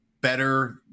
better